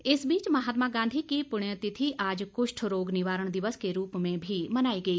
कुष्ठ रोग इस बीच महात्मा गांधी की पुण्यतिथि आज कुष्ठ रोग निवारण दिवस के रूप में भी मनाई गई